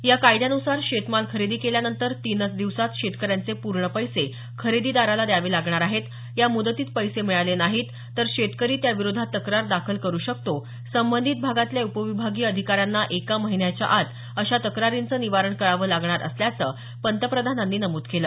या कायद्यान्सार शेतमाल खरेदी केल्यानंतर तीनच दिवसांत शेतकऱ्यांचे पूर्ण पैसे खरेदीदाराला द्यावे लागणार आहेत या मुदतीत पैसे मिळाले नाहीत तर शेतकरी त्याविरोधात तक्रार दाखल करु शकतो संबंधित भागातल्या उप विभागीय अधिकाऱ्यांना एका महिन्याचा आत अशा तक्रारीचं निवारण करावं लागणार असल्याचं पंतप्रधानांनी नमूद केलं